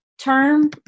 term